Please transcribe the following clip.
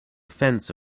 fence